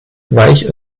weich